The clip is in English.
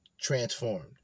transformed